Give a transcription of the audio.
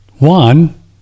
One